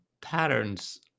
patterns